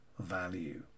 value